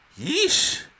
yeesh